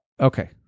okay